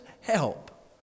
help